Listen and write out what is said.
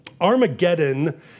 Armageddon